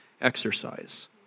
exercise